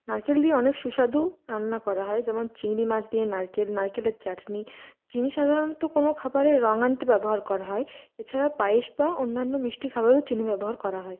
নারকেল দিয়ে অনেক সুস্বাদু রান্না করা হয় যেমন চিংড়ি মাছ দিয়ে নারকেল নারকেলের চাটনি চিনি সাধারণত কোনও খাবারে রঙ আনতে ব্যবহার করা হয় এছাড়া পায়েস বা অন্যান্য মিষ্টি খাবারেও চিনি ব্যবহার করা হয়